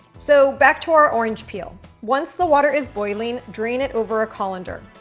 so, back to our orange peel. once the water is boiling, drain it over a colander.